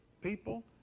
People